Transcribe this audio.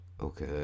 Okay